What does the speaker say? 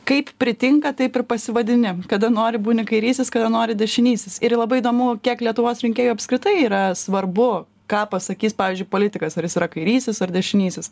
kaip pritinka taip ir pasivadini kada nori būni kairysis kada nori dešinysis ir į labai įdomu kiek lietuvos rinkėjų apskritai yra svarbu ką pasakys pavyzdžiui politikas ar jis yra kairysis ar dešinysis